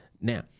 Now